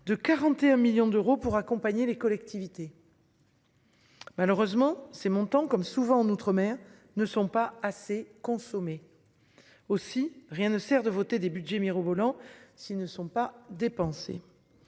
de 41 millions d'euros pour accompagner les collectivités. Malheureusement ces montants comme souvent en outre-mer ne sont pas assez consommer. Aussi, rien ne sert de voter des Budgets mirobolants. S'ils ne sont pas dépensés.